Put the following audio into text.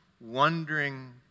wondering